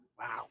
Wow